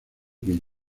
que